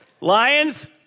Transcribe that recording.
Lions